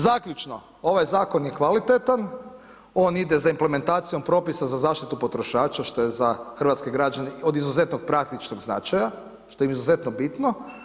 Zaključno, ovaj zakon je kvalitetan, on ide za implementacijom propisa za zaštitu potrošača što je hrvatske građane od izuzetno praktičnog značaja, što im je izuzetno bitno.